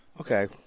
Okay